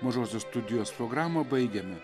mažosios studijos programą baigiame